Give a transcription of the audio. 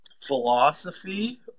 philosophy